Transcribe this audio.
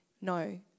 no